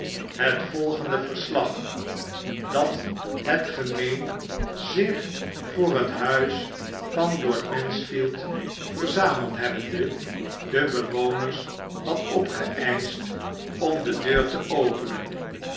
rudge volgende verslag dat het gemeen zich voor het huls van lord mansfield verzameld hebbende de bewoners had opgeeischt om de deur te openen